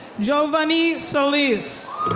joevannie solis.